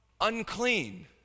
unclean